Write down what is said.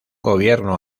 gobierno